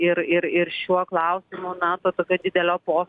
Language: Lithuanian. ir ir ir šiuo klausimu na to tokio didelio po